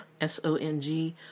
S-O-N-G